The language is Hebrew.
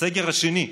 בסגר השני,